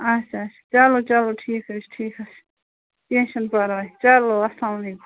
اَچھا اَچھا چلو چلو ٹھیٖک حَظ چھُ ٹھیٖکھ حَظ چھُ کیٚنٛہہ چھُ نہٕ پرواے چلو اسلامُ علیکُم